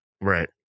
right